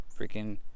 Freaking